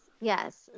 yes